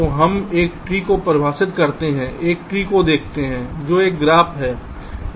तो हम एक ट्री को परिभाषित करते हैं एक ट्री को देखते हैं जो एक ग्राफ है